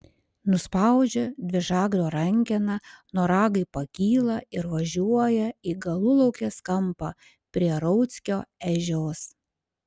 nuspaudžia dvižagrio rankeną noragai pakyla ir važiuoja į galulaukės kampą prie rauckio ežios